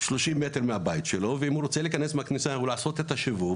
30 מטר מהבית שלו וגם אם הוא רוצה לעשות את הסיבוב